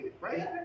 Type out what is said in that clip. right